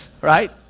Right